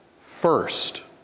first